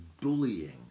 bullying